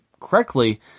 correctly